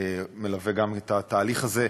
שמלווה גם את התהליך הזה,